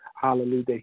Hallelujah